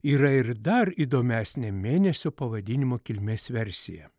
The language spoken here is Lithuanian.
yra ir dar įdomesnė mėnesio pavadinimo kilmės versija